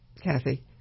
Kathy